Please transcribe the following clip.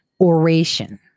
Oration